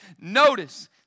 Notice